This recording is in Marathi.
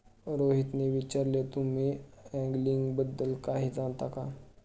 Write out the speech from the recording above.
रोहितने विचारले, तुम्ही अँगलिंग बद्दल काही जाणता का?